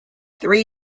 three